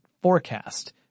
forecast